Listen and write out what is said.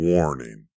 Warning